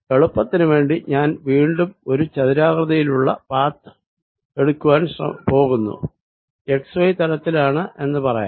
എളുപ്പത്തിനു വേണ്ടി ഞാൻ വീണ്ടും ഒരു ചതുരാകൃതിയിലുള്ള പാത്ത് എടുക്കുവാൻ പോകുന്നു xy തലത്തിലാണെന്ന് പറയാം